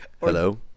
Hello